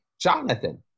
Jonathan